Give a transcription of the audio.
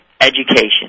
education